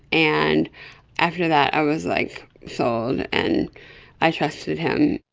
and after that i was like sold and i trusted him.